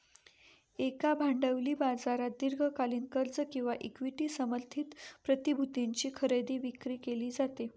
एका भांडवली बाजारात दीर्घकालीन कर्ज किंवा इक्विटी समर्थित प्रतिभूतींची खरेदी विक्री केली जाते